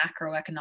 macroeconomic